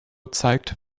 zeigt